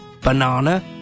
banana